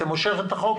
את מושכת את החוק?